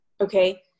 okay